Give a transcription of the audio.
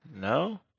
No